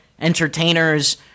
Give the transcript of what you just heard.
entertainers